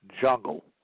jungle